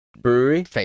brewery